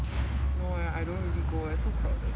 no leh I don't really go eh so crowded